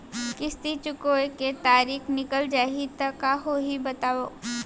किस्ती चुकोय के तारीक निकल जाही त का होही बताव?